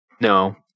No